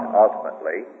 ultimately